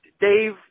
Dave